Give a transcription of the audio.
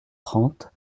trente